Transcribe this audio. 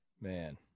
Man